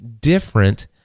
different